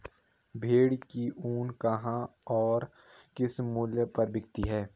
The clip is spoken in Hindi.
भेड़ की ऊन कहाँ और किस मूल्य पर बिकती है?